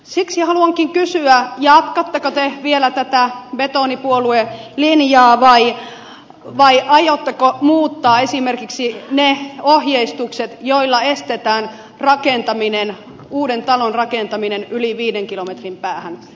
siksi haluankin kysyä jatkatteko te vielä tätä betonipuoluelinjaa vai aiotteko muuttaa esimerkiksi ne ohjeistukset joilla estetään uuden talon rakentaminen yli viiden kilometrin päähän koulusta